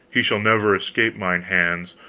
he shall never escape mine hands,